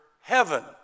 heaven